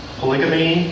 polygamy